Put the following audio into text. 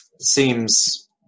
Seems